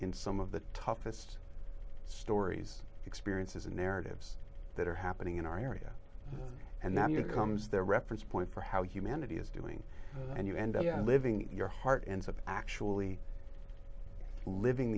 in some of the toughest stories experiences and narratives that are happening in our area and that here comes their reference point for how humanity is doing and you end up living your heart ends up actually living